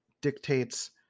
dictates